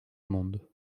monde